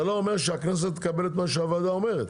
זה לא אומר שהכנסת תקבל את מה שהוועדה אומרת,